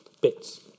bits